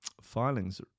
Filings